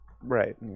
Right